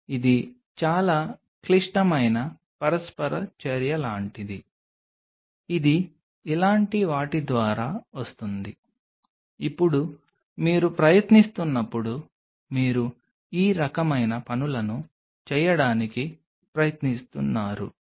ఇది చాలా క్లిష్టమైన పరస్పర చర్య లాంటిది ఇది ఇలాంటి వాటి ద్వారా వస్తుంది ఇప్పుడు మీరు ప్రయత్నిస్తున్నప్పుడు మీరు ఈ రకమైన పనులను చేయడానికి ప్రయత్నిస్తున్నారు